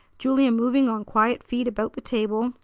julia moving on quiet feet about the table,